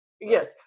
yes